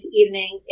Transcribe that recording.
evening